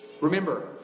Remember